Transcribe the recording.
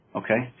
okay